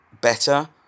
better